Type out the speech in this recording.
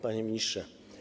Panie Ministrze!